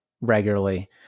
regularly